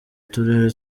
turere